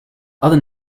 other